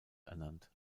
ernannt